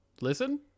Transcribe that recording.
listen